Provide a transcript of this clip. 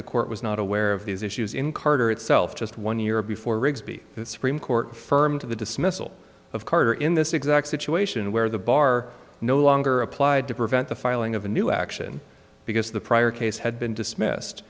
the court was not aware of these issues in carter itself just one year before rigsby the supreme court firm to the dismissal of carter in this exact situation where the bar no longer applied to prevent the filing of a new action because the prior case had been dismissed